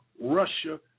Russia